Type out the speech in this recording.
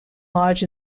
lodge